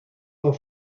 war